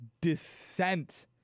descent